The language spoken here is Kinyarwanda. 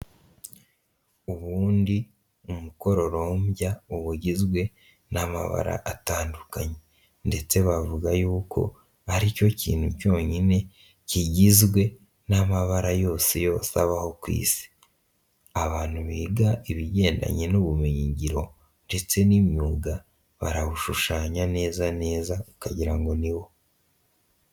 Ubundi umukororombya uba ugizwe n'amabara atandukanye ndetse bavuga yuko aricyo kintu cyonyine kigizwe n'amabara yose yose abaho ku isi. Abantu biga ibigendanye n'ubumenyingiro ndetse n'imyuga barabishushanya neza neza ukagira ngo ni wo.